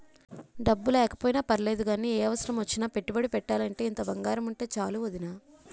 డబ్బు లేకపోయినా పర్లేదు గానీ, ఏ అవసరమొచ్చినా పెట్టుబడి పెట్టాలంటే ఇంత బంగారముంటే చాలు వొదినా